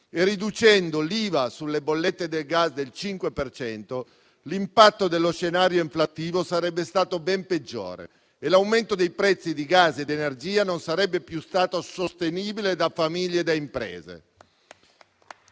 e riducendo l'IVA sulle bollette del gas del 5 per cento, l'impatto dello scenario inflattivo sarebbe stato ben peggiore e l'aumento dei prezzi di gas ed energia non sarebbe più stato sostenibile da famiglie e da imprese.